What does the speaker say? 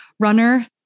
Runner